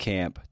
Camp